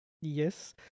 yes